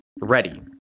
ready